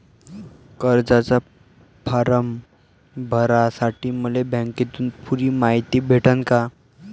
कर्जाचा फारम भरासाठी मले बँकेतून पुरी मायती भेटन का?